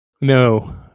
No